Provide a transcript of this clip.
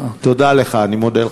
תודה לך, אני מודה לך.